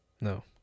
No